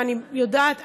אני יודעת,